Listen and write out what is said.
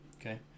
Okay